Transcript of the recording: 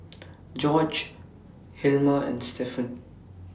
Jorge Hilma and Stephen